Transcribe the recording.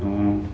oh